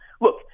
look